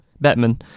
Batman